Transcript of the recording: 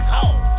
Cold